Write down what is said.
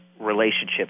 relationships